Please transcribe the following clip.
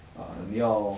ah 你要